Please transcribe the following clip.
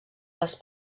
les